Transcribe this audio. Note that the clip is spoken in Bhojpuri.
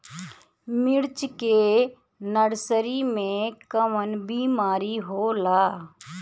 मिर्च के नर्सरी मे कवन बीमारी होला?